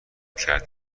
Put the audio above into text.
کرد